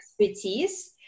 expertise